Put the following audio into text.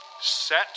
set